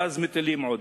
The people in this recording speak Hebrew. ואז מטילים קנס.